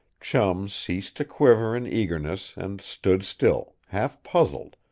chum ceased to quiver in eagerness and stood still, half puzzled,